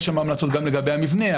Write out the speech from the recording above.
יש שם המלצות גם לגבי המבנה.